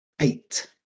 eight